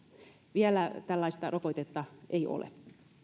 vielä tällaista rokotetta ei ole